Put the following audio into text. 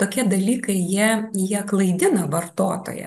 tokie dalykai jie jie klaidina vartotoją